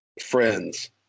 friends